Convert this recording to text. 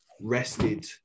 rested